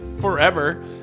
forever